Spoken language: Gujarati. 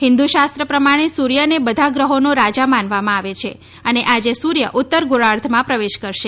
હિન્દુ શાસ્ત્ર પ્રમાણે સૂર્યને બધા ગ્રહોનો રાજા માનવામાં આવે છે અને આજે સૂર્ય ઉત્તર ગોળાર્ધમાં પ્રવેશ કરશે